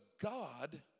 God